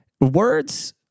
words